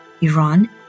Iran